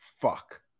Fuck